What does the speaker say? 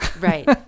Right